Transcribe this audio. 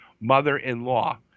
mother-in-law